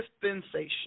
dispensation